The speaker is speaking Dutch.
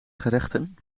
gerechten